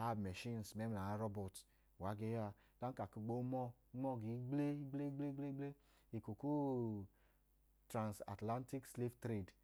aumẹshins mẹmla aurọbọtu uwa ge ya ọọ a. Ọdanka a ke ma ọọ, eko ku igble igble igble, eko utrans atilantik slev tredi a